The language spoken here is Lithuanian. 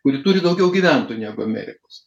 kuri turi daugiau gyventojų negu amerikos